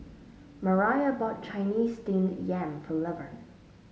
Mariah bought Chinese Steamed Yam for Levern